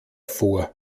vor